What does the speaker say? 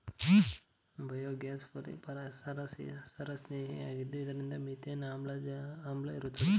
biogas ಪರಿಸರಸ್ನೇಹಿಯಾಗಿದ್ದು ಇದರಲ್ಲಿ methane ಆಮ್ಲ ಇರುತ್ತದೆ